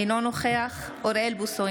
אינו נוכח אוריאל בוסו,